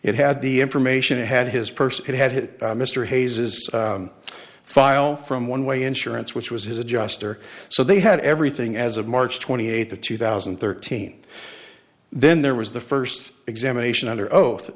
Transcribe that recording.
it had the information it had his purse it had mr hayes's file from one way insurance which was his adjuster so they had everything as of march twenty eighth of two thousand and thirteen then there was the first examination under oath